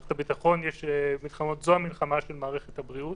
למערכת הביטחון יש מלחמות זו המלחמה של מערכת הבריאות.